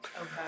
Okay